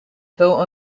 though